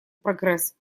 прогресс